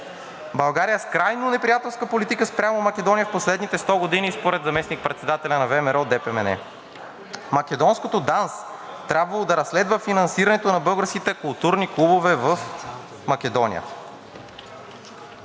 България е с крайно неприятелска политика спрямо Македония в последните 100 години според заместник-председател на ВМРО-ДПМНЕ. Македонската ДАНС трябвало да разследва финансирането на българските културни клубове в Македония.